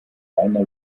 reiner